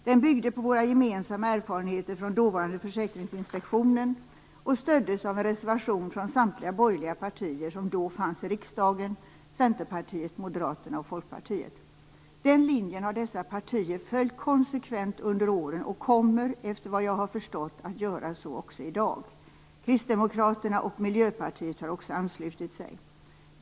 Den byggde på våra gemensamma erfarenheter från dåvarande Försäkringsinspektionen och stöddes av en reservation från samtliga borgerliga partier som då fanns i riksdagen - Centerpartiet, Moderaterna och Folkpartiet. Den linjen har dessa partier följt konsekvent under åren och kommer, efter vad jag har förstått, att göra så också i dag. Kristdemokraterna och Miljöpartiet har också anslutit sig.